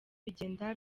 bigenda